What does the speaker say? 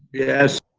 yes.